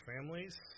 families